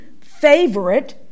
favorite